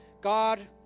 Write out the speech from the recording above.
God